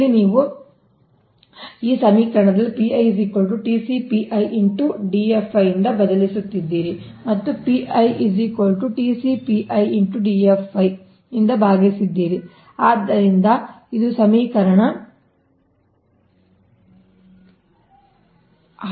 ಇಲ್ಲಿ ನೀವು ಈ ಸಮೀಕರಣದಲ್ಲಿ ಯಿಂದ ಬದಲಿಸುತ್ತಿದ್ದೀರಿ ಮತ್ತು ಯಿಂದ ಭಾಗಿಸಿದಿರಿ ಆದ್ದರಿಂದ ಇದು ಸಮೀಕರಣ ೧ವಾಗಿದೆ